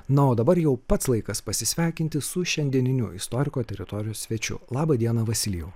na o dabar jau pats laikas pasisveikinti su šiandieniniu istoriko teritorijos svečiu labą dieną vasilijau